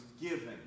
given